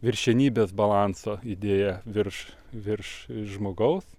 viršenybės balanso idėja virš virš žmogaus